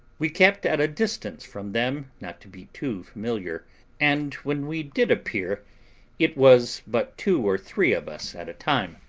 we kept at a distance from them, not to be too familiar and when we did appear it was but two or three of us at a time.